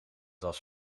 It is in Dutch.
was